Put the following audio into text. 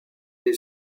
est